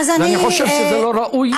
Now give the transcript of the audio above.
ואני חושב שזה לא ראוי.